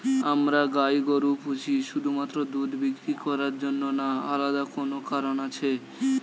আমরা গাই গরু পুষি শুধুমাত্র দুধ বিক্রি করার জন্য না আলাদা কোনো কারণ আছে?